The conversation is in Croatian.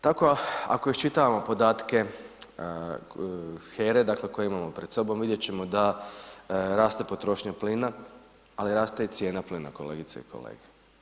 Tako ako iščitavamo podatke HERA-e dakle koje imamo pred sobom, visjet ćemo da raste potrošnja plina ali raste i cijena plina, kolegice i kolege.